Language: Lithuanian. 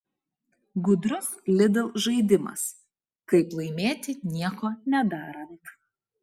gudrus lidl žaidimas kaip laimėti nieko nedarant